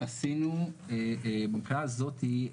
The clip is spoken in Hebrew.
עשינו במכה זאתי,